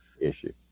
issue